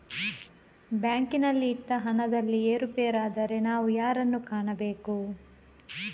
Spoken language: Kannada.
ಬ್ಯಾಂಕಿನಲ್ಲಿ ಇಟ್ಟ ಹಣದಲ್ಲಿ ಏರುಪೇರಾದರೆ ನಾವು ಯಾರನ್ನು ಕಾಣಬೇಕು?